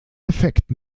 effekt